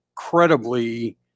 incredibly